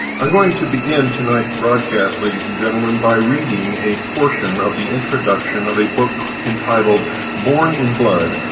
i'm going to begin tonight's broadcast, ladies and gentlemen, by reading a portion of the introduction of a book, entitled born in blood,